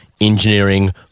engineering